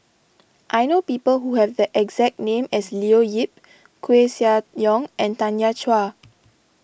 I know people who have the exact name as Leo Yip Koeh Sia Yong and Tanya Chua